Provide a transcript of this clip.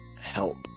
help